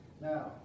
Now